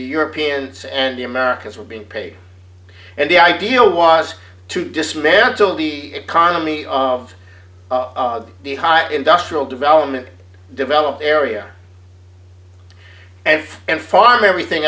europeans and the americans were being paid and the idea was to dismantle the economy of the high industrial development develop area and and farm everything